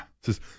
says